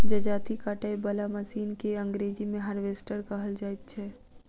जजाती काटय बला मशीन के अंग्रेजी मे हार्वेस्टर कहल जाइत छै